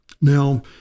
Now